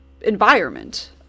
environment